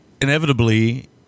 inevitably